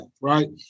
right